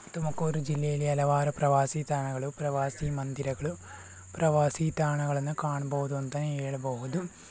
ತುಮಕೂರು ಜಿಲ್ಲೆಯಲ್ಲಿ ಹಲವಾರು ಪ್ರವಾಸಿ ತಾಣಗಳು ಪ್ರವಾಸಿ ಮಂದಿರಗಳು ಪ್ರವಾಸಿ ತಾಣಗಳನ್ನು ಕಾಣ್ಬೋದು ಅಂತನೆ ಹೇಳ್ಬಹುದು